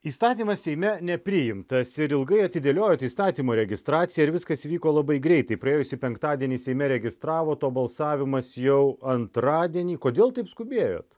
įstatymas seime nepriimtas ir ilgai atidėliojot įstatymo registraciją ir viskas įvyko labai greitai praėjusį penktadienį seime registravot o balsavimas jau antradienį kodėl taip skubėjot